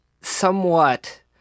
somewhat